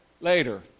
later